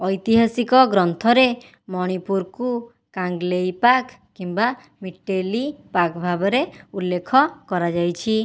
ଐତିହାସିକ ଗ୍ରନ୍ଥରେ ମଣିପୁରକୁ କାଙ୍ଗଲେଇପାକ୍ କିମ୍ବା ମିଟେଲିପାକ୍ ଭାବରେ ଉଲ୍ଲେଖ କରାଯାଇଛି